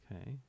Okay